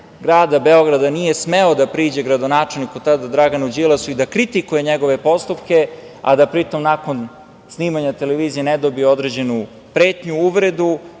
grada Beograda nije smeo da priđe gradonačelniku tada Draganu Đilasu i da kritikuje njegove postupke, a da pri tom nakon snimanja televizije ne dobije određenu pretnju, uvredu,